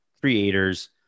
creators